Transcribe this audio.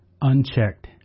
unchecked